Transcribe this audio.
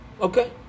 Okay